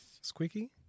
squeaky